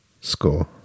score